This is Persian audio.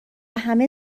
همه